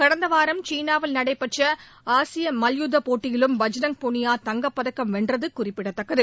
கடந்த வாரம் சீனாவில் நடைபெற்ற ஆசிய மல்யுத்தப் போட்டியிலும் பஜ்ரங் புனியா தங்கப்பதக்கம் வென்றது குறிப்பிடத்தக்கது